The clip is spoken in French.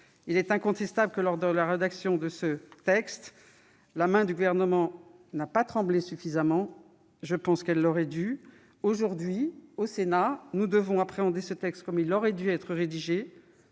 Il est incontestable que, lors de la rédaction de ce texte, la main du Gouvernement n'a pas tremblé suffisamment. Aujourd'hui, au Sénat, nous devons appréhender ce texte comme il aurait dû être rédigé